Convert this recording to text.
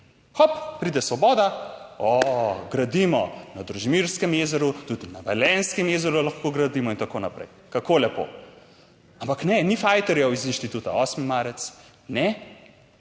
Hop, pride svoboda, gradimo na Družimirskem jezeru, tudi na Velenjskem jezeru lahko gradimo in tako naprej. Kako lepo. Ampak ne, ni fajterjev iz Inštituta 8. marec, ne,